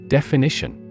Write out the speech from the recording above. Definition